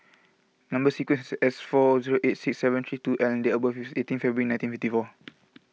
Number Sequence S four zero eight six seven three two L and date of birth is eighteen February nineteen fifty four